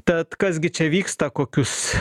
tad kas gi čia vyksta kokius